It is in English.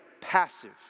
passive